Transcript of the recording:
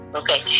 okay